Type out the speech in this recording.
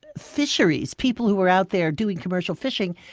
fisheries, people who were out there doing commercial fishing,